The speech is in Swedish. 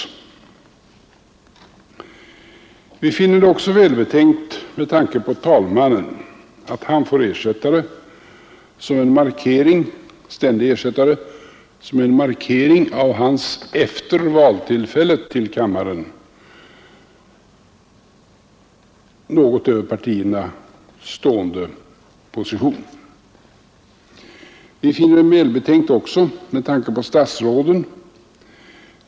Vi finner det också välbetänkt att talmannen får ständig ersättare som en markering av hans efter valtillfället något över partierna stående position. Vi finner det välbetänkt också med tanke på statsråden.